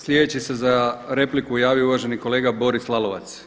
Slijedeći se za repliku javio uvaženi kolega Boris Lalovac.